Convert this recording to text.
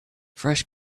fresh